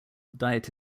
diet